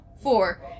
Four